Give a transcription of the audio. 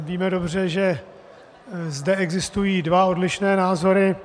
Víme dobře, že zde existují dva odlišné názory.